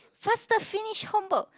faster finish homework